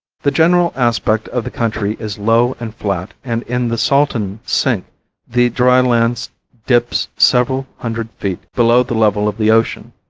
the general aspect of the country is low and flat and in the salton sink the dry land dips several hundred feet below the level of the ocean.